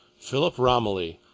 philip romilly,